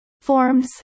Forms